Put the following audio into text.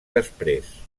després